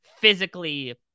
physically